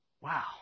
Wow